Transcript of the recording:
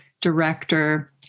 director